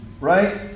right